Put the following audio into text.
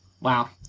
Wow